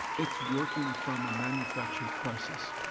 it's working from a manufactured crises.